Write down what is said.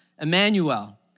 Emmanuel